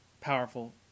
powerful